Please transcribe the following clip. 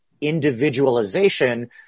individualization